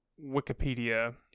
wikipedia